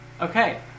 Okay